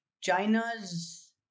China's